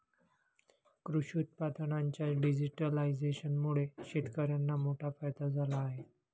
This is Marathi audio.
कृषी उत्पादनांच्या डिजिटलायझेशनमुळे शेतकर्यांना मोठा फायदा झाला आहे